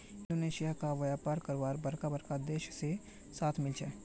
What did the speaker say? Indonesia क व्यापार करवार बरका बरका देश से साथ मिल छे